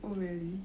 oh really